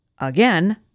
again